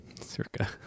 Circa